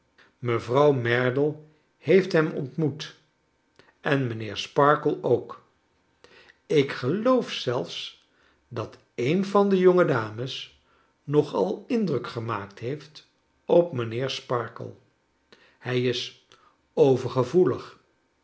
mevrouw merdle heeft hem ontmoet en mijnheer sparkler ook ik geloof zelfs dat een van de jonge dames nog al indruk gemaakt heeft op mijnheer sparkler hij is overgevoelig